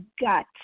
gut